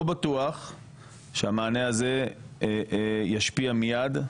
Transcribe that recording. לא בטוח שהמענה הזה ישפיע מיד.